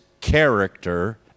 character